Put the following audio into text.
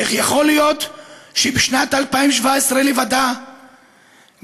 איך יכול להיות שבשנת 2017 לבדה גבו